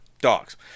Dogs